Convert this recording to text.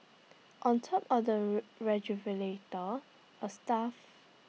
on top of the refrigerator A stuff